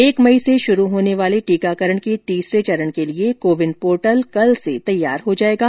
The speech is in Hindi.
एक मई से प्रांरभ होने वाले टीकाकरण के तीसरे चरण के लिए कोविन पोर्टल कल से तैयार हो जाएगा